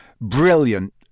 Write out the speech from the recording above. Brilliant